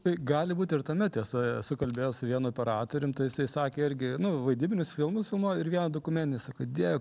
tai gali būt ir tame tiesa esu kalbėjęs su vienu operatorium tai jisai sakė irgi nu vaidybinius filmus filmuoja ir vieną dokumentinį sako dieve